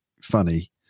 funny